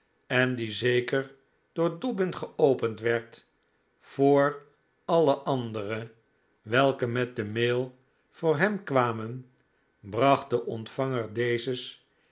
en die zeker door dobbin geopend werd voor alle andere welke met de mail voor hem kwamen bracht den ontvanger dezes